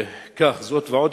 כך: זאת ועוד,